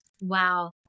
Wow